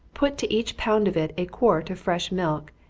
put to each pound of it a quart of fresh milk,